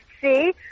See